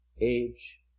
age